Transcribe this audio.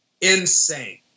insane